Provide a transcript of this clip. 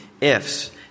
ifs